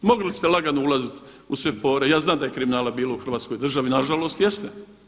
Mogli ste lagano ulaziti u sve pore, ja znam da je bilo kriminala u Hrvatskoj državi, nažalost jeste.